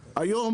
היום,